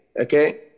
okay